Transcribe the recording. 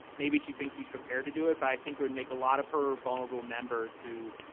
maybe she thinks he's prepared to do it. i think he would make a lot of her vulnerable members who,